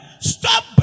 stop